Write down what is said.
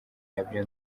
nabyo